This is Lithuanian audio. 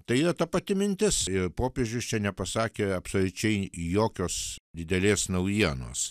tai yra ta pati mintis popiežius čia nepasakė absoliučiai jokios didelės naujienos